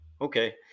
okay